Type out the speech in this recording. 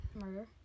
murder